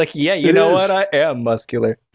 like yeah, you know what, i am muscular.